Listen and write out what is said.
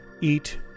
eat